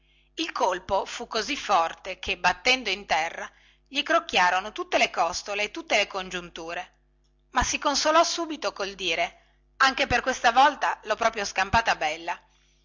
il colpo fu così forte che battendo in terra gli crocchiarono tutte le costole e tutte le congiunture ma si consolò subito col dire anche per questa volta lho proprio scampata bella